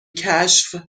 کشف